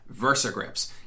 Versagrips